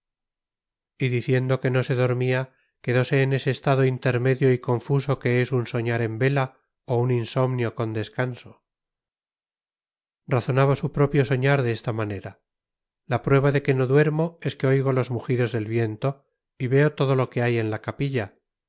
y diciendo que no se dormía quedose en ese estado intermedio y confuso que es un soñar en vela o un insomnio con descanso razonaba su propio soñar de esta manera la prueba de que no duermo es que oigo los mugidos del viento y veo todo lo que hay en la capilla